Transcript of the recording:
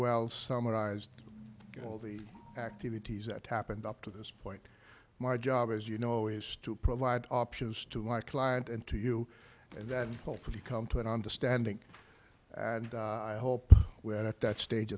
well summarized in all the activities that happened up to this point my job as you know is to provide options to my client and to you and then hopefully come to an understanding and i hope we're at that stage